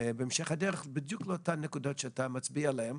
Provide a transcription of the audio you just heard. בהמשך הדרך בדיוק באותן נקודות שאתה מצביע עליהן.